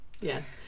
Yes